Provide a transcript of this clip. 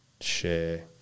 share